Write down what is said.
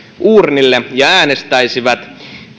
uurnille ja äänestäisivät